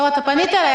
לא, אתה פנית אליי.